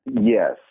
yes